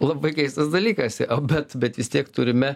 labai keistas dalykas bet bet vis tiek turime